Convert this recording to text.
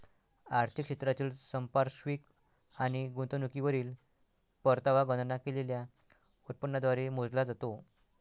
आर्थिक क्षेत्रातील संपार्श्विक आणि गुंतवणुकीवरील परतावा गणना केलेल्या उत्पन्नाद्वारे मोजला जातो